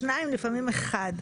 שניים ולפעמים אחד.